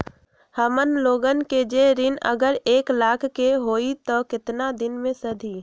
हमन लोगन के जे ऋन अगर एक लाख के होई त केतना दिन मे सधी?